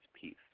peace